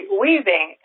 weaving